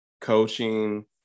coaching